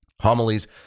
homilies